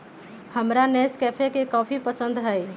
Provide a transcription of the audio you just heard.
हमरा नेस्कैफे के कॉफी पसंद हई